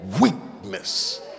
weakness